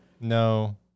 No